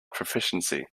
proficiency